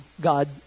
God